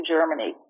Germany